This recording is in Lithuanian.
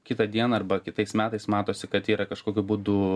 kitą dieną arba kitais metais matosi kad yra kažkokiu būdu